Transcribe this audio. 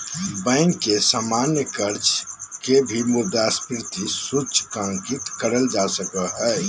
bank के सामान्य कर्ज के भी मुद्रास्फीति सूचकांकित कइल जा सको हइ